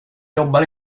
jobbar